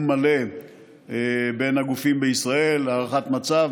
מלא בין הגופים בישראל: הערכת המצב,